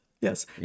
Yes